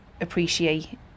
appreciate